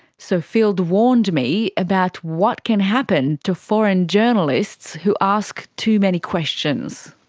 so field warned me about what can happen to foreign journalists who ask too many questions.